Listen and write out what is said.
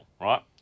right